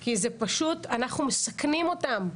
כי פשוט אנחנו מסכנים אותם.